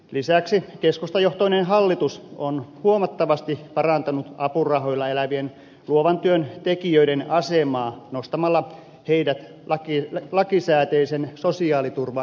lisäksi keskustajohtoinen hallitus on huomattavasti parantanut apurahoilla elävien luovan työn tekijöiden asemaa nostamalla heidät lakisääteisen sosiaaliturvan piiriin